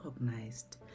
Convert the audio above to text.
recognized